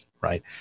right